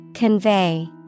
Convey